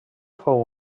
fou